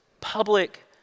public